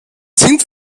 sind